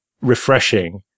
refreshing